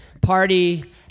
party